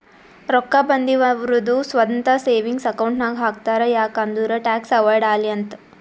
ರೊಕ್ಕಾ ಬಂದಿವ್ ಅವ್ರದು ಸ್ವಂತ ಸೇವಿಂಗ್ಸ್ ಅಕೌಂಟ್ ನಾಗ್ ಹಾಕ್ತಾರ್ ಯಾಕ್ ಅಂದುರ್ ಟ್ಯಾಕ್ಸ್ ಅವೈಡ್ ಆಲಿ ಅಂತ್